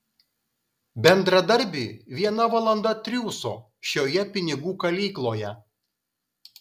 bendradarbiui viena valanda triūso šioje pinigų kalykloje